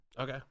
Okay